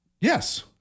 Yes